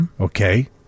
Okay